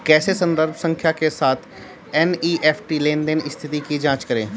कैसे संदर्भ संख्या के साथ एन.ई.एफ.टी लेनदेन स्थिति की जांच करें?